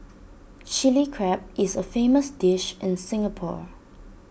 Chilli Crab is A famous dish in Singapore